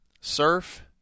surf